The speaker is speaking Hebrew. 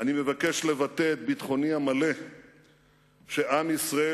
אני מבקש לבטא את ביטחוני המלא שעם ישראל